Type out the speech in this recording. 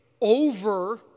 over